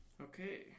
Okay